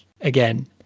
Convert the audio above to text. again